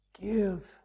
give